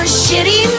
shitty